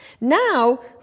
Now